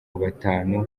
batanu